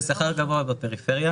זה שכר גבוה בפריפריה.